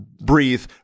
breathe